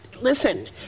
Listen